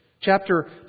Chapter